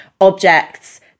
objects